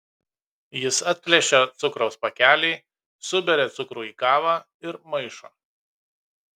jis atplėšia cukraus pakelį suberia cukrų į kavą ir maišo